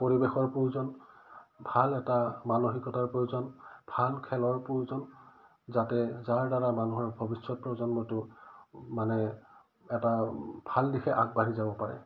পৰিৱেশৰ প্ৰয়োজন ভাল এটা মানসিকতাৰ প্ৰয়োজন ভাল খেলৰ প্ৰয়োজন যাতে যাৰ দ্বাৰা মানুহৰ ভৱিষ্যত প্ৰজন্মটো মানে এটা ভাল দিশে আগবাঢ়ি যাব পাৰে